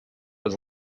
was